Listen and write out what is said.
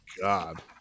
god